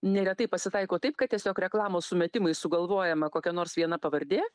neretai pasitaiko taip kad tiesiog reklamos sumetimais sugalvojama kokia nors viena pavardė